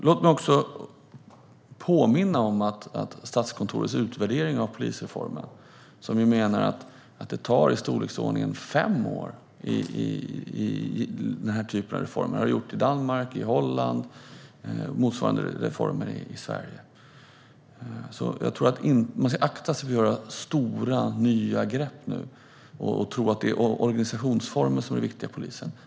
Låt mig också påminna om att Statskontoret i utvärderingen av polisreformen menar att det tar omkring fem år för denna typ av reformer - så har det varit för motsvarande reformer i till exempel Danmark och Holland. Jag tror att man nu ska akta sig för att ta stora nya grepp och för att tro att det är organisationsformen som är det viktiga för polisen.